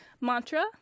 mantra